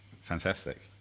Fantastic